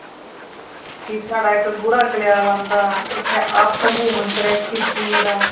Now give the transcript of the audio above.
फिर साढ़ा इक्क गुड़ा कल्याल आंदा इत्थै आप शम्बुं मंदर ऐ शिवजियें दा